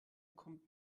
kommt